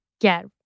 get